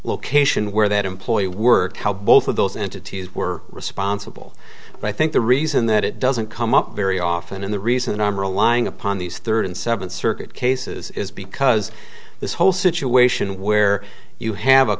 location where that employee work how both of those entities were responsible and i think the reason that it doesn't come up very often in the reason i'm relying upon these third and seventh circuit cases is because this whole situation where you have a